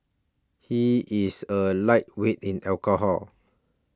he is a lightweight in alcohol